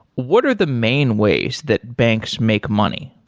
what are the main ways that banks make money?